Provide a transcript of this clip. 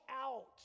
out